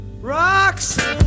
Rocks